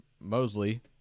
Mosley